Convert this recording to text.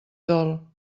dol